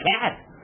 cat